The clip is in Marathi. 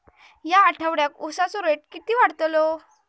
या आठवड्याक उसाचो रेट किती वाढतलो?